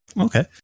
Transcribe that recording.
Okay